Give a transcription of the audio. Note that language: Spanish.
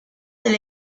del